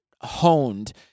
honed